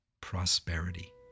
prosperity